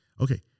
Okay